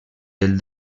del